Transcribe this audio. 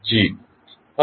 હવે g શું છે